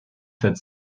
sept